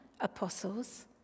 Apostles